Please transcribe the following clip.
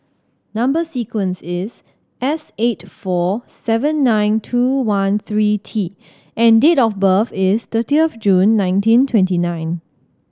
number sequence is S eight four seven nine two one three T and date of birth is thirtieth of June nineteen twenty nine